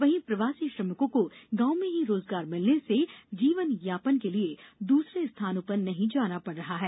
वहीं प्रवासी श्रमिकों को गांव में ही रोजगार मिलने से जीवान यापन के लिए दूसरे स्थानों पर नहीं जाना पड़ रहा है